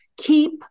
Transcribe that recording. Keep